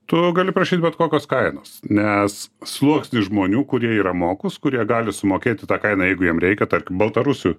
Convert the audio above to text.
tu gali prašyt bet kokios kainos nes sluoksnis žmonių kurie yra mokūs kurie gali sumokėti tą kainą jeigu jam reikia tarkim baltarusių